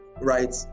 right